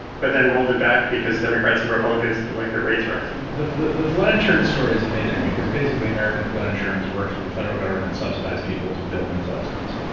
but then rolled it back because democrats and republicans didn't like their rates rising. the the flood insurance story is amazing. because, basically, american flood insurance works with the federal government subsidized people, to build in flood zones.